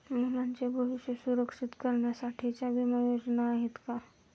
मुलांचे भविष्य सुरक्षित करण्यासाठीच्या विमा योजना आहेत का?